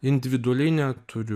individualiai neturiu